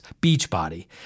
Beachbody